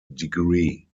degree